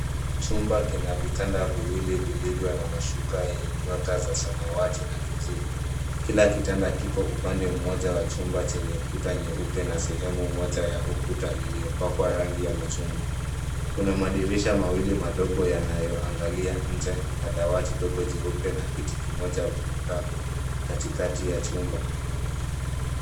Chumba kina vitanda viwili vilivyo na mashuka yenye nyota za samawati na kijivu. Kila kitanda kiko upande mmoja wa chumba chenye ukuta nyeupe na sehemu moja ya ukuta iliyopakwa rangi ya machungwa. Kuna madirisha mawili madogo yanayoangalia nje na dawati ndogo jeupe na kiti kimoja vimekaa katikati ya chumba.